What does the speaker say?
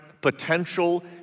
potential